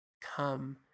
come